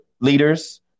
leaders